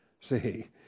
See